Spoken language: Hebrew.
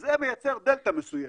זה מייצר דלתא מסוימת,